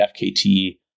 FKT